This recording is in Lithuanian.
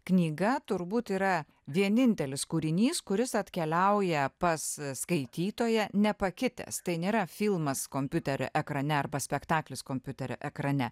knyga turbūt yra vienintelis kūrinys kuris atkeliauja pas skaitytoją nepakitęs tai nėra filmas kompiuterio ekrane arba spektaklis kompiuterio ekrane